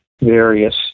various